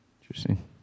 Interesting